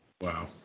Wow